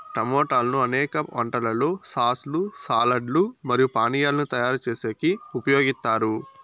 టమోటాలను అనేక వంటలలో సాస్ లు, సాలడ్ లు మరియు పానీయాలను తయారు చేసేకి ఉపయోగిత్తారు